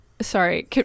sorry